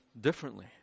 differently